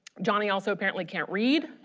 johnny also apparently can't read.